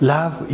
Love